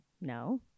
no